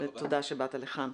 תודה שבאת לכאן.